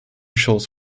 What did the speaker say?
shows